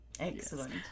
Excellent